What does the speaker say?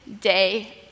day